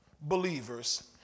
believers